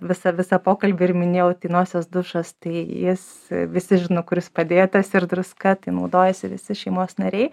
visą visą pokalbį ir minėjau tai nosies dušas tai jis visi žino kur jis padėtas ir druska tai naudojasi visi šeimos nariai